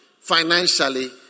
Financially